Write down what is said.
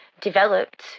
developed